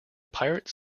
pirates